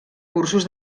cursos